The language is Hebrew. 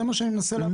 זה מה שאני מנסה להבין.